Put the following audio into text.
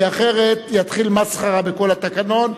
כי אחרת יתחיל מסחרה בכל התקנון.